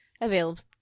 available